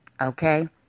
Okay